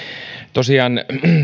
tosiaan